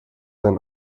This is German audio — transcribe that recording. ein